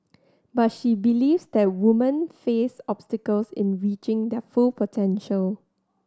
but she believes that woman face obstacles in reaching their full potential